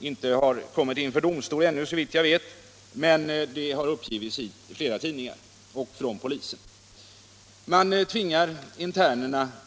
inte prövats inför domstol ännu, men de har lämnats av flera tidningar och från polisen.